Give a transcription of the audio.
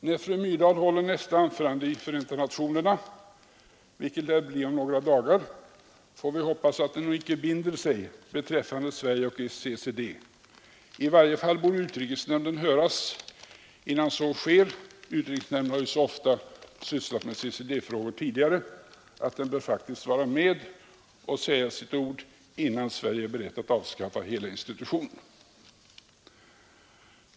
När fru Myrdal håller sitt nästa anförande i Förenta nationerna, vilket lär bli om några dagar, får vi hoppas att hon inte binder sig beträffande Sverige och CCD. I varje fall borde utrikesnämnden höras, innan så sker. Utrikesnämnden har så ofta tidigare sysslat med CCD-frågor att den faktiskt bör vara med och säga sitt ord, innan Sverige är berett att avskaffa hela denna institution.